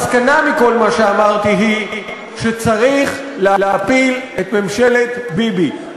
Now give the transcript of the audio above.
המסקנה מכל מה שאמרתי היא שצריך להפיל את ממשלת ביבי,